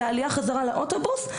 עלייה חזרה לאוטובוס,